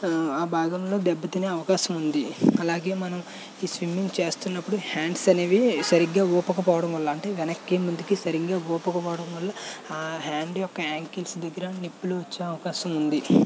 ఆ భాగంలో దెబ్బతినే అవకాశం ఉంది అలాగే మనం ఈ స్విమ్మింగ్ చేస్తున్నప్పుడు హ్యాండ్స్ అనేవి సరిగ్గా ఊపకపోవడం వల్ల అంటే వెనక్కి ముందుకి సరిగ్గా ఇవ్వకపోవడం వల్ల ఆ హ్యాండ్ యొక్క యాంగిల్స్ దగ్గర నిప్పులు వచ్చే అవకాశం ఉంది